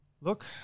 look